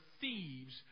thieves